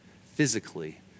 physically